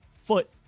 foot